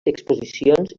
exposicions